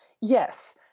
Yes